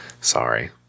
Sorry